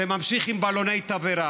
זה ממשיך עם בלוני תבערה,